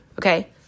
Okay